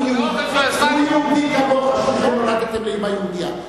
הוא יהודי כמוך, שניכם נולדתם לאמא יהודייה.